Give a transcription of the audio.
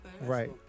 Right